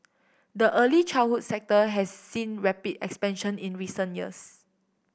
the early childhood sector has seen rapid expansion in recent years